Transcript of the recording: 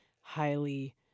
highly